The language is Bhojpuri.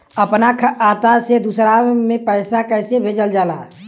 अपना खाता से दूसरा में पैसा कईसे भेजल जाला?